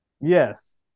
Yes